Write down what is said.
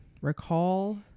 Recall